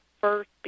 first